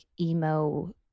emo